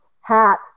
hat